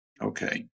Okay